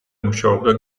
მუშაობდა